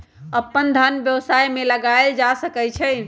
अप्पन धन व्यवसाय में लगायल जा सकइ छइ